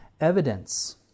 evidence